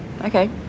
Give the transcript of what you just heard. okay